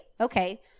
Okay